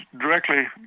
directly